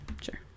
sure